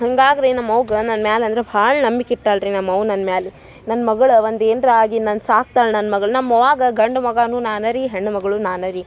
ಹಂಗಾಗಿ ರೀ ನಮ್ಮವ್ಗ ನನ್ನ ಮ್ಯಾಲ ಅಂದ್ರ ಭಾಳ ನಂಬಿಕೆ ಇಟ್ಟಾಳೆ ರೀ ನಮ್ಮವ್ವ ನನ್ನ ಮ್ಯಾಲಿ ನನ್ನ ಮಗಳು ಒಂದು ಏನ್ರ ಆಗಿ ನನ್ನ ಸಾಕ್ತಾಳೆ ನನ್ನ ಮಗ್ಳು ನಮ್ಮವ್ವಾಗ ಗಂಡ ಮಗನು ನಾನೆ ರೀ ಹೆಣ್ಣು ಮಗಳು ನಾನೆ ರೀ